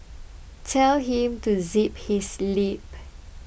tell him to zip his lip